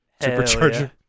supercharger